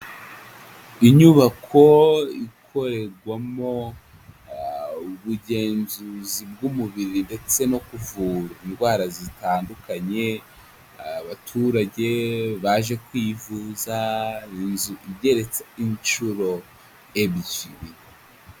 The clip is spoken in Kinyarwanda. Inyubako ikorerwamo ubugenzuzi bw'umubiri ndetse no kuvura indwara zitandukanye, abaturage baje kwivuza inzu igeretse inshuro ebyiri.